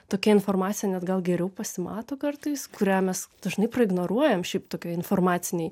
tokia informacija net gal geriau pasimato kartais kurią mes dažnai ignoruojam šiaip tokioj informacinėj